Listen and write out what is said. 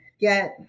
get